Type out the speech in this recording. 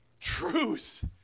truth